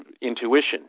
intuition